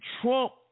trump